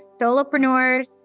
solopreneurs